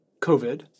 COVID